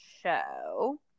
show